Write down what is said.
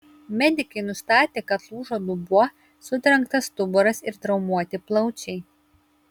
medikai nustatė kad lūžo dubuo sutrenktas stuburas ir traumuoti plaučiai